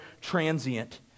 transient